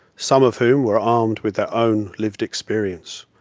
some of whom were armed with their own lived experience.